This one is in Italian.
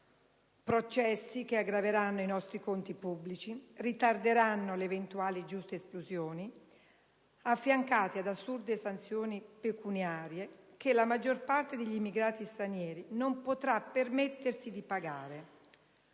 Processi che aggraveranno i nostri conti pubblici e ritarderanno le eventuali giuste espulsioni, affiancate da assurde sanzioni pecuniarie che la maggior parte degli immigrati stranieri non potrà permettersi di pagare.